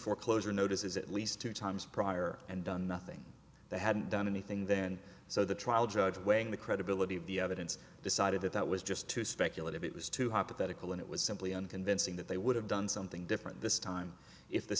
foreclosure notices at least two times prior and done nothing they hadn't done anything then so the trial judge weighing the credibility of the evidence decided that that was just too speculative it was too hypothetical and it was simply unconvincing that they would have done something different this time if the